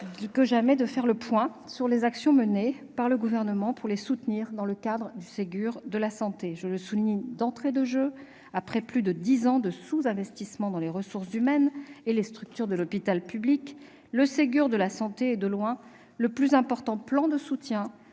pertinent que jamais de faire le point sur les actions menées par le Gouvernement pour les soutenir dans le cadre du Ségur de la santé. Je le souligne d'entrée de jeu : après plus de dix ans de sous-investissement dans les ressources humaines et les structures de l'hôpital public, le Ségur de la santé est de loin le plus important plan de soutien